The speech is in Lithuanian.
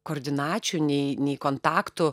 koordinačių nei nei kontaktų